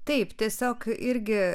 taip tiesiog irgi